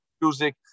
music